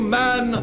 man